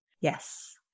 Yes